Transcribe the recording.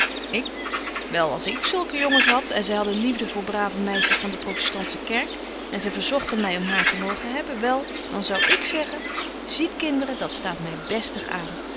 ik wel als ik zulke jongens had en zy hadden liefde voor brave meisjes van de protestantsche kerk en zy verzogten my om haar te mogen hebben wel dan zou ik zeggen betje wolff en aagje deken historie van mejuffrouw sara burgerhart ziet kinderen dat staat my bestig aan